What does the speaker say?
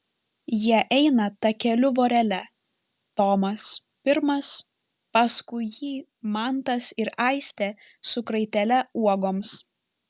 jie eina takeliu vorele tomas pirmas paskui jį mantas ir aistė su kraitele uogoms